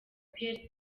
pierre